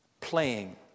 playing